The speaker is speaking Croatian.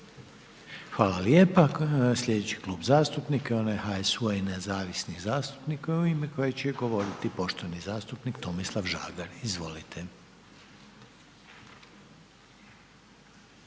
Hvala lijepo. Sljedeći klub zastupnika je onaj HSU-a i Nezavisnih zastupnika u ime kojih će govoriti poštovani zastupnik Tomislav Žagar. Izvolite.